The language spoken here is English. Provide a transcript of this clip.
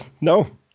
no